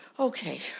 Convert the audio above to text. Okay